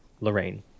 Lorraine